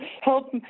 help